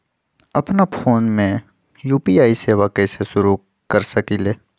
अपना फ़ोन मे यू.पी.आई सेवा कईसे शुरू कर सकीले?